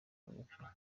kurekura